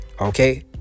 Okay